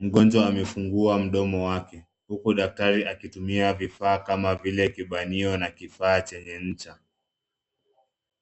mgonjwa amefungua mdomo wake huku daktari akitumia vifaa kama vile kibanio na kifaa chenye ncha